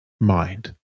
mind